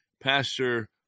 Pastor